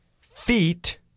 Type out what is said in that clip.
feet